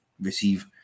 receive